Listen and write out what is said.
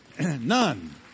None